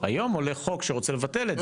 היום עולה חוק שרוצה לבטל את זה.